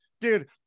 dude